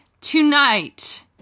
tonight